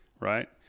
right